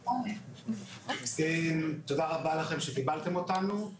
תודה רבה לכם, שקיבלתם אותנו.